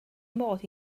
mod